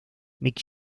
mick